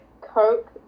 coke